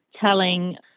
telling